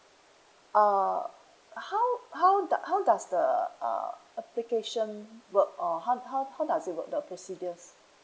uh how how doe~ how does the uh application work or how how how does it work the procedures